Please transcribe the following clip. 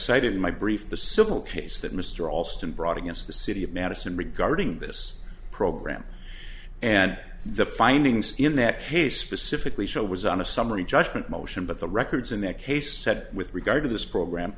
cited in my brief the civil case that mr alston brought against the city of madison regarding this program and the findings in that case specifically show was on a summary judgment motion but the records in that case said with regard to this program